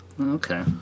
Okay